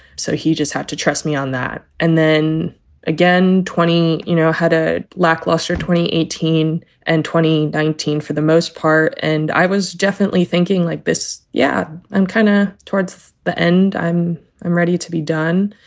so he just had to trust me on that. and then again, twenty, you know, had a lackluster twenty eighteen and twenty nineteen for the most part and i was definitely thinking like this. yeah, i'm kind of. towards the end i'm i'm ready to be done.